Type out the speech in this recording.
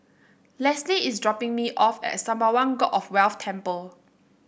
Lesly is dropping me off at Sembawang God of Wealth Temple